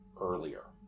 earlier